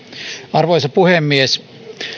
arvoisa puhemies